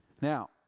Now